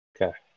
Okay